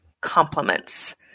compliments